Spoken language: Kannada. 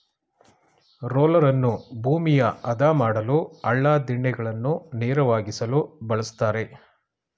ರೋಲರನ್ನು ಭೂಮಿಯ ಆದ ಮಾಡಲು, ಹಳ್ಳ ದಿಣ್ಣೆಗಳನ್ನು ನೇರವಾಗಿಸಲು ಬಳ್ಸತ್ತರೆ